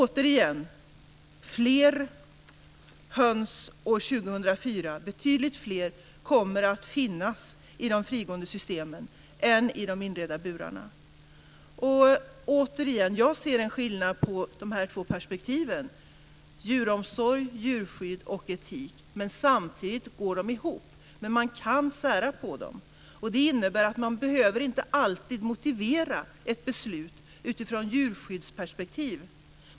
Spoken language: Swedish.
Återigen: År 2004 kommer betydligt fler höns att finnas i frigående system än i inredda burar. Och återigen: Jag ser en skillnad mellan djuromsorg, djurskydd och etik. Samtidigt går de ihop, men man kan sära på dem. Det innebär att man inte alltid behöver motivera ett beslut utifrån djurskyddsperspektiv.